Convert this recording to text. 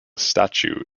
statue